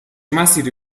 مسیری